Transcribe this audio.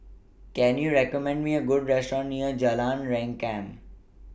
Can YOU recommend Me A Good Restaurant near Jalan Rengkam